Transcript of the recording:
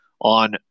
On